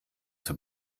zur